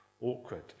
awkward